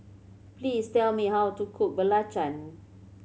please tell me how to cook belacan